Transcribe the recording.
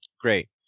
Great